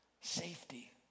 safety